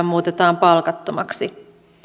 muutetaan palkattomaksi